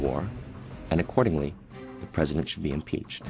war and accordingly the president should be impeached